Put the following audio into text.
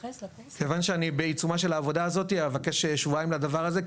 כיוון שאני בעיצומה של העבודה הזאת אבקש שבועיים לדבר הזה,